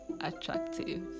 attractive